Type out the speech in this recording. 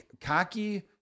cocky